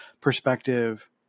perspective